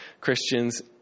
Christians